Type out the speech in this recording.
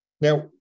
Now